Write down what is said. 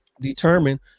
determine